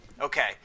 Okay